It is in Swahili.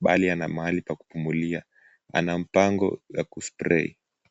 bali ana mahali pa kupumulia. Anampango wa kuspray .